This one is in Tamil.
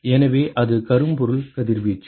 எனவே அது கரும்பொருள் கதிர்வீச்சு